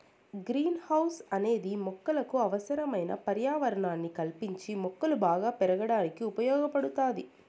green house అనేది మొక్కలకు అవసరమైన పర్యావరణాన్ని కల్పించి మొక్కలు బాగా పెరగడానికి ఉపయోగ పడుతాది